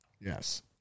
yes